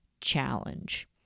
challenge